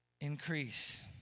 increase